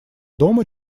дома